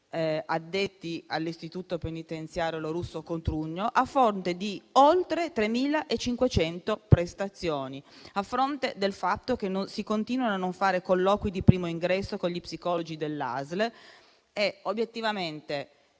addetti all'istituto penitenziario «Lorusso e Cutugno» a fronte di oltre 3.500 prestazioni e del fatto che si continuano a non fare colloqui di primo ingresso con gli psicologi dell'ASL. Se non